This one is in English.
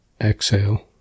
Exhale